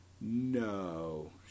No